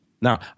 Now